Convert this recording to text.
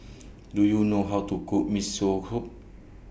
Do YOU know How to Cook Miso Soup